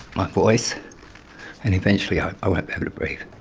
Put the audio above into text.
my voice and eventually i i won't be able to breathe.